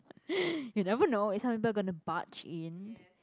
you never know if some people going to barge in